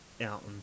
Out